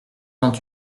vingt